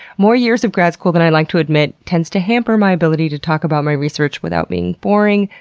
more years of grad school than i like to admit tends to hamper my ability to talk about my research without being boring,